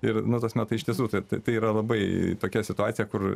ir nu tasme tai iš tiesų tad tai yra labai tokia situacija kur